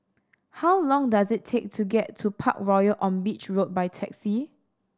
how long does it take to get to Parkroyal on Beach Road by taxi